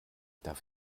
darf